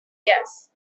yes